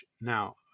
now